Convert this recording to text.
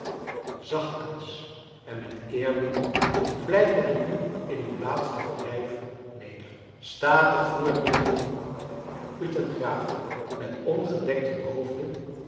zachtkens en met eerbied vlijt men u in uw laatste verblijf neder statig voert men u ten grave met ongedekten hoofde